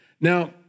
Now